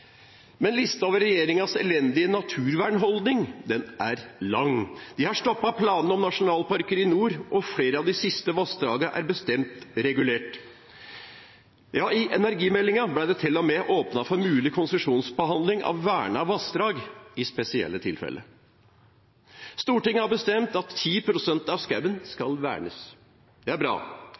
Men listen over regjeringens elendige naturvernholdning er lang. De har stoppet planene om nasjonalparker i nord, og flere av de siste vassdragene er bestemt regulert. Ja, i energimeldingen ble det til og med åpnet for mulig konsesjonsbehandling av vernede vassdrag i spesielle tilfeller. Stortinget har bestemt at 10 pst. av skogen skal vernes. Det er bra.